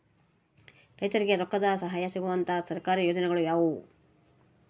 ರೈತರಿಗೆ ರೊಕ್ಕದ ಸಹಾಯ ಸಿಗುವಂತಹ ಸರ್ಕಾರಿ ಯೋಜನೆಗಳು ಯಾವುವು?